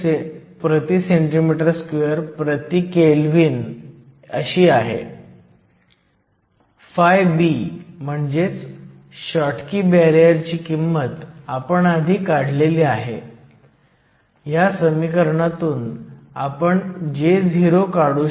Lh हे 100 मायक्रो मीटरपेक्षा लहान आहे जी n बाजूची लांबी आहे जेणेकरून हा मूलत एक लांब डायोड आहे